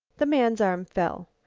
the man's arm fell.